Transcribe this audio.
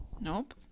Nope